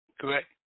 Correct